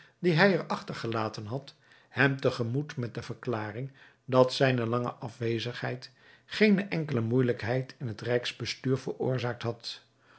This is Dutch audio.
die hij er achtergelaten had hem te gemoet met de verklaring dat zijne lange afwezigheid geene enkele moeijelijkheid in het rijksbestuur veroorzaakt had